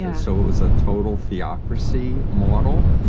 and so it was a total theocracy model.